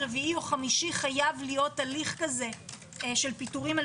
רביעי או חמישי חייב להיות הליך כזה של פיטורין על